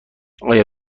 آیا